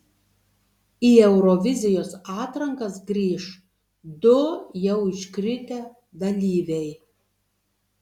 į eurovizijos atrankas grįš du jau iškritę dalyviai